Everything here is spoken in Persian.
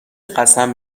قسم